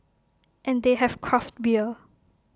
and they have craft beer